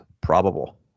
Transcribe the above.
probable